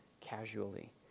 casually